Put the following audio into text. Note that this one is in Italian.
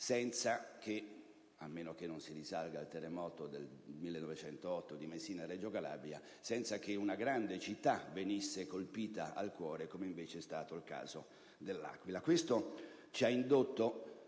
senza che - a meno che non si risalga al terremoto del 1908 di Messina e Reggio Calabria - una grande città venisse colpita al cuore, come invece è stato nel caso dell'Aquila. Ciò ci ha indotto